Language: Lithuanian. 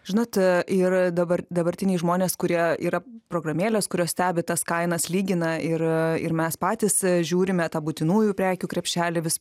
žinot ir dabar dabartiniai žmonės kurie yra programėlės kurios stebi tas kainas lygina ir ir mes patys žiūrime tą būtinųjų prekių krepšelį vis